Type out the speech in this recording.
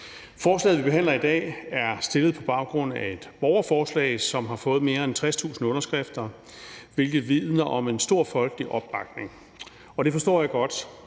Forslaget, som vi behandler her i dag, er stillet på baggrund af et borgerforslag, som har fået flere end 60.000 underskrifter, hvilket vidner om en stor folkelig opbakning, og det forstår jeg godt.